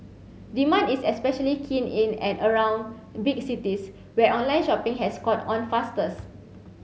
demand is especially keen in and around big cities where online shopping has caught on fastest